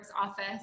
office